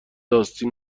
آستین